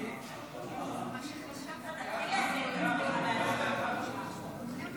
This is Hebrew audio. אני מזמין את חבר הכנסת יצחק קרויזר לנמק את ההצעה.